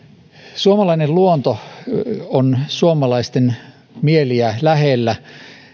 suomalainen luonto on suomalaisten mieliä lähellä